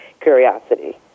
curiosity